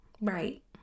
Right